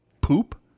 poop